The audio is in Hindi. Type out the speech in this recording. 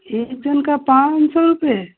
एक जन का पाँच सौ रुपये